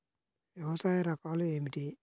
వ్యవసాయ రకాలు ఏమిటి?